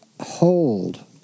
hold